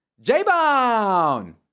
J-Bone